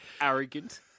arrogant